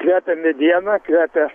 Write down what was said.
kvepia mediena kvepia